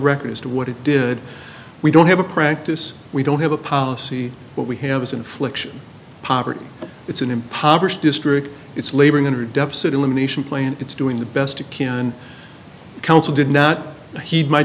record as to what it did we don't have a practice we don't have a policy what we have is infliction poverty it's an impoverished district it's laboring under deficit elimination play and it's doing the best you can counsel did not heed my